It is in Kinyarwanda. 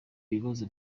ibibazo